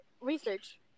research